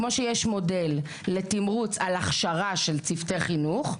כמו שיש מודל לתמרוץ על הכשרה של צוותי חינוך,